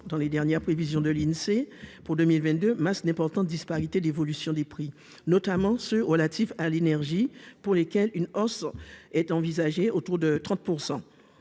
dans les dernières prévisions de l'Insee pour 2022 masse d'importantes disparités d'évolution des prix, notamment ceux relatifs à l'énergie pour lesquels une hausse est envisagée autour de 30